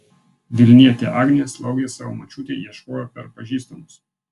vilnietė agnė slaugės savo močiutei ieškojo per pažįstamus